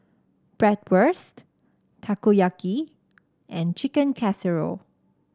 Bratwurst Takoyaki and Chicken Casserole